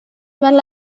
well